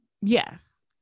Yes